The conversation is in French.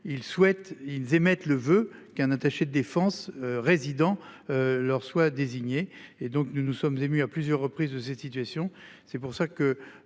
ils émettent le voeu qu'un attaché de défense résidant. Leur soit désigné et donc nous nous sommes émus à plusieurs reprises de cette situation.